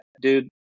dude